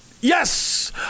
Yes